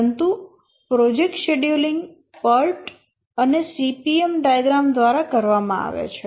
પરંતુ project scheduling PERT અને CPM diagram દ્વારા કરવામાં આવે છે